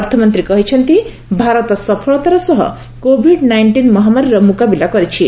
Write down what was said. ଅର୍ଥମନ୍ତ୍ରୀ କହିଛନ୍ତି ଭାରତ ସଫଳତାର ସହ କୋଭିଡ୍ ନାଇଷ୍ଟିନ୍ ମହାମାରୀର ମୁକାବିଲା କରିଛି